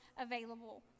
available